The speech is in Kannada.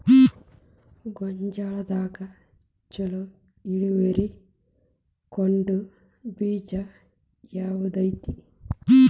ಗೊಂಜಾಳದಾಗ ಛಲೋ ಇಳುವರಿ ಕೊಡೊ ಬೇಜ ಯಾವ್ದ್ ಐತಿ?